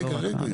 רגע, רגע.